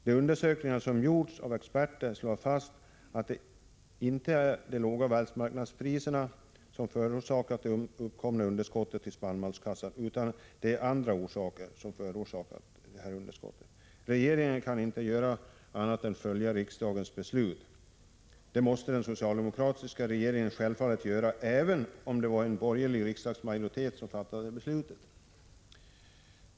De undersökningar som gjorts av experter slår fast att det inte är de låga världsmarknadspriserna som förorsakat det uppkomna underskottet i spannmålskassan, utan underskottet har andra orsaker. Regeringen kan inte gärna göra annat än följa riksdagens beslut. Det måste den socialdemokratiska regeringen självfallet göra, även om det var en borgerlig riksdagsmajoritet som fattade beslutet.